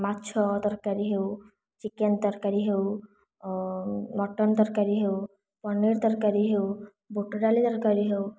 ମାଛ ତରକାରୀ ହେଉ ଚିକେନ ତରକାରୀ ହେଉ ମଟନ ତରକାରୀ ହେଉ ପନିର ତରକାରୀ ହେଉ ବୁଟଡାଲି ତରକାରୀ ହେଉ